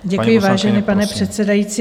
Děkuji, vážený pane předsedající.